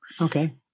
Okay